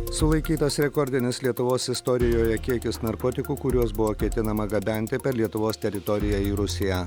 sulaikytas rekordinis lietuvos istorijoje kiekis narkotikų kuriuos buvo ketinama gabenti per lietuvos teritoriją į rusiją